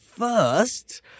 first